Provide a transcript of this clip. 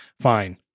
fine